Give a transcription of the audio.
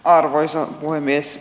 arvoisa puhemies